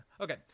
okay